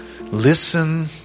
listen